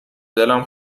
دلم